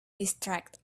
distracted